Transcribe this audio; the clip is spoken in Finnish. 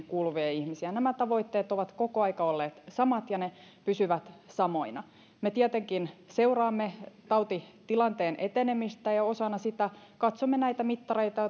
kuuluvia ihmisiä nämä tavoitteet ovat koko aika olleet samat ja ne pysyvät samoina me tietenkin seuraamme tautitilanteen etenemistä ja osana sitä katsomme näitä mittareita